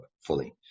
fully